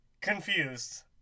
Confused